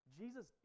Jesus